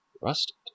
Rusted